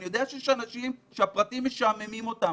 אני יודע שיש אנשים שהפרטים משעממים אותם,